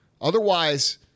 otherwise